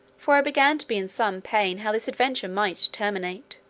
for i began to be in some pain how this adventure might terminate